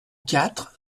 quatre